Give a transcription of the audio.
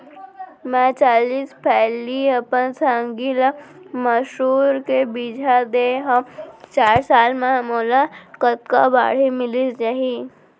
मैं चालीस पैली अपन संगी ल मसूर के बीजहा दे हव चार साल म मोला कतका बाड़ही मिलिस जाही?